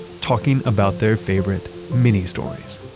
talking about their favorite mini-stories.